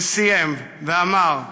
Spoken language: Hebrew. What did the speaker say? וסיים ואמר,